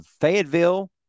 Fayetteville